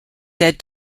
said